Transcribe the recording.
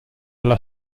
alla